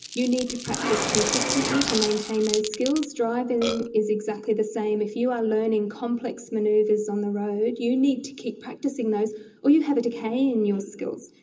you need to practice consistently to maintain those skills. driving is exactly the same. if you are learning complex manoeuvres on the road, you need to keep practising those or you have a decay in your skills.